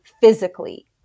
physically